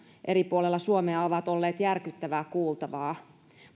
eri puolilla suomea ovat olleet järkyttävää kuultavaa